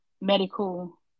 medical